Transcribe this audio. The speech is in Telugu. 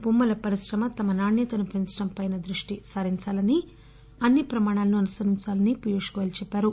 బొమ్మల పరిశ్రమ తమ నాణ్యతను పెంచడంపై దృష్టి సారించాలని అన్ని ప్రమాణాలను అనుసరించాలని పీయూష్ గోయల్ చెప్పారు